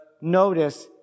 notice